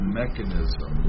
mechanism